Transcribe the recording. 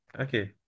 okay